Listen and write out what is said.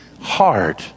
hard